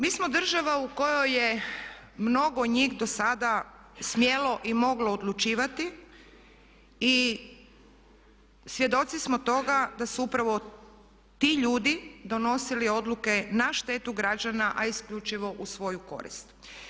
Mi smo država u kojoj je mnogo njih do sada smjelo i moglo odlučivati i svjedoci smo toga da su upravo ti ljudi donosili odluke na štetu građana a isključivo u svoju korist.